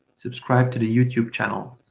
subscribe to the youtube channel.